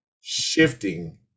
shifting